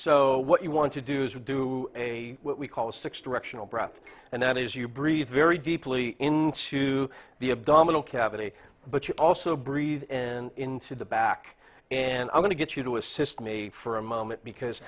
so what you want to do is we do a what we call a six directional breath and that is you breathe very deeply into the abdominal cavity but you also breathe in into the back and i'm going to get you to assist me for a moment because